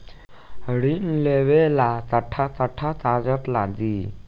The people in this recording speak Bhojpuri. ऋण लेवेला कट्ठा कट्ठा कागज लागी?